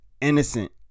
innocent